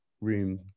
room